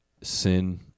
sin